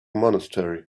monastery